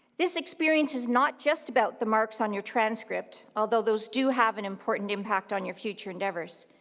this experience is not just about the marks on your transcript, although those do have an important impact on your future endeavors.